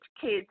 kids